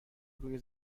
روی